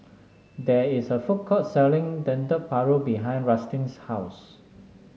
there is a food court selling Dendeng Paru behind Rustin's house